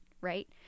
Right